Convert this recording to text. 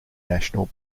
national